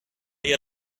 ihr